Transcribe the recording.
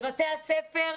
בבתי הספר,